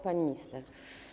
Pani Minister!